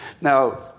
Now